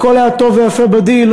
הכול היה טוב ויפה בדיל,